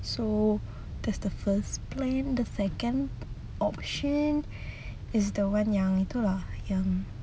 so that's the first plan the second option is the one yang itu lah yang